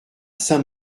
saint